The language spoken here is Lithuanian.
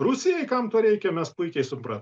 rusijai kam to reikia mes puikiai supran